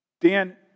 Dan